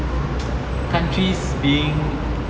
countries being